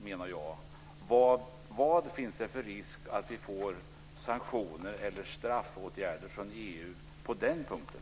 Vilken risk finns för att vi får sanktioner eller straffåtgärder från EU på den punkten?